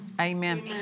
Amen